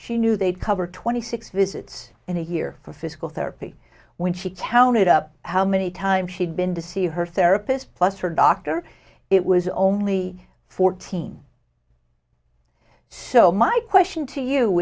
she knew they'd cover twenty six visits in a year for physical therapy when she counted up how many times she'd been to see her therapist plus her doctor it was only fourteen so my question to you